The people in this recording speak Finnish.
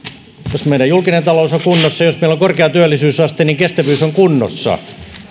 jos meidän julkinen talous on kunnossa ja jos meillä on korkea työllisyysaste niin kestävyys on kunnossa